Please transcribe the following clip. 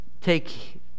take